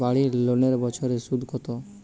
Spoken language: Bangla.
বাড়ি লোনের বছরে সুদ কত?